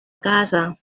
casa